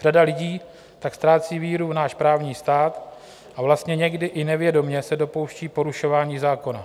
Řada lidí tak ztrácí víru v náš právní stát a vlastně někdy i nevědomě se dopouští porušování zákona.